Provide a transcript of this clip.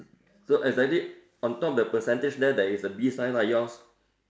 so exactly on top of the percentage there there's a B sign right yours